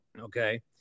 okay